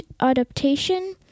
adaptation